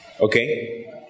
Okay